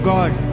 God